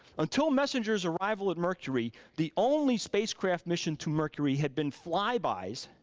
until messenger's arrival at mercury, the only spacecraft mission to mercury had been flybys